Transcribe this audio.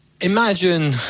imagine